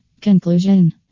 Conclusion